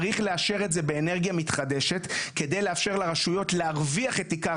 צריך לאשר את זה באנרגיה מתחדשת כדי לאפשר לרשויות להרוויח את עיקר